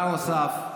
דבר נוסף,